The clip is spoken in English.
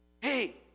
Hey